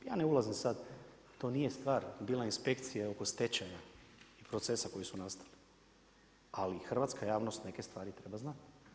Ja ne ulazim sad, to nije stvar bila je inspekcija oko stečaja procesa koji su nastali, ali hrvatska javnost neke stvari treba znat.